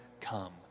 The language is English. come